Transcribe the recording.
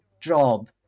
job